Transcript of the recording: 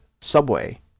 subway